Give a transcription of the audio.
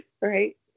Right